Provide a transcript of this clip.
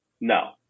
no